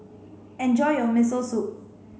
enjoy your Miso Soup